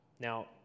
Now